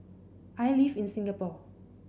I live in Singapore